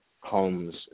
homes